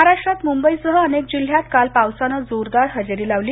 महाराष्ट्रात मुंबईसह अनेक जिल्ह्यात काल पावसानं जोरदार हजेरी लावली